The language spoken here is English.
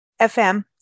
FM